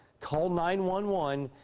call nine one one,